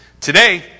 Today